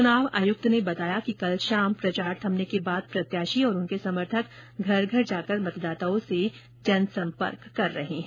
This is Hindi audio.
चुनाव आयुक्त ने बताया कि कल शाम प्रचार थमने के बाद प्रत्याशी और उनके समर्थक घर घर जाकर मतदाताओं से जनसंपर्क कर रहे हैं